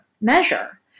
measure